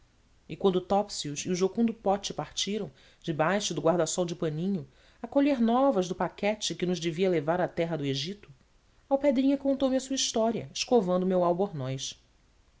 e quando topsius e o jucundo pote partiram debaixo do guarda-sol de paninho a colher novas do paquete que nos devia levar à terra do egito alpedrinha contou-me a sua história escovando o meu albornoz